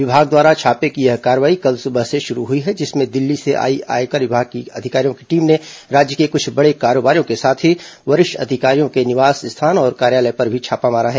विभाग द्वारा छापे की यह कार्रवाई कल सुबह से शुरू हुई है जिसमें दिल्ली से आई आयकर विभाग के अधिकारियों की टीम ने राज्य के कुछ बड़े कारोबारियों के साथ ही वरिष्ठ अधिकारियों के निवास स्थान और कार्यालय पर छापा मारा है